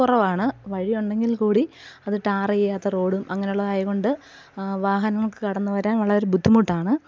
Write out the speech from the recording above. കുറവാണ് വഴിയുണ്ടെങ്കിൽ കൂടി അത് ടാർ ചെയ്യാത്ത റോഡും അങ്ങനെയുള്ളത് ആയത് കൊണ്ട് വാഹനങ്ങൾക്ക് കടന്നു വരാൻ വളരെ ബുദ്ധിമുട്ടാണ്